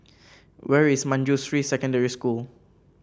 where is Manjusri Secondary School